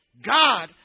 God